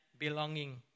Belonging